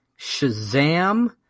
Shazam